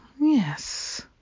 Yes